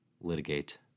litigate